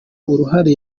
uruhare